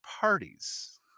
parties